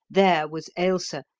there was ailsa,